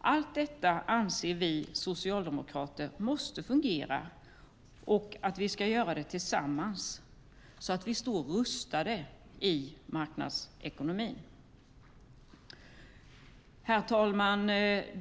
Allt detta anser vi socialdemokrater måste fungera, och vi ska göra det tillsammans, så att vi står rustade i marknadsekonomin. Herr talman!